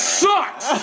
sucks